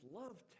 loved